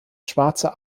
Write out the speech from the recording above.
schwarze